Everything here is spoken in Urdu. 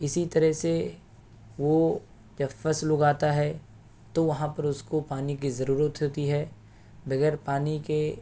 اسی طرح سے وہ جب فصل اگاتا ہے تو وہاں پر اس کو پانی کی ضرورت ہوتی ہے بغیر پانی کے